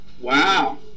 Wow